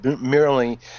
merely